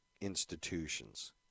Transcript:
institutions